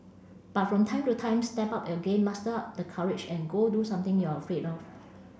but from time to time step up your game muster up the courage and go do something you're afraid of